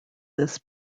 this